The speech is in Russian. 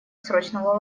срочного